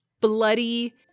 bloody